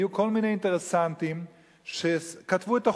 היו כל מיני אינטרסנטים שכתבו את החוקים.